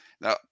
Now